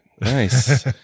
Nice